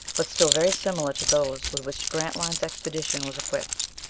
but still very similar to those with which grantline's expedition was equipped.